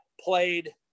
played